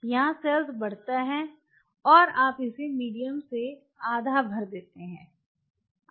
यहाँ सेल बढ़ता है और आप इसे मीडियम से आधा भर देते हैं